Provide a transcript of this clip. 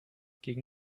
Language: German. gegen